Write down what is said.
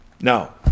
Now